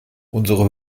unsere